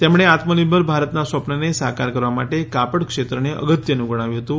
તેમણે આત્મનિર્ભર ભારતના સ્વપ્નને સાકાર કરવા માટે કાપડ ક્ષેત્રને અગત્યનું ગણાવ્યું હતું